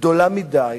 גדולה מדי,